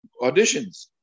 auditions